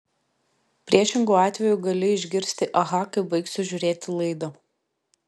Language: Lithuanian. priešingu atveju gali išgirsti aha kai baigsiu žiūrėti laidą